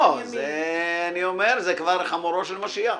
לא, אני אומר: זה כבר חמורו של משיח.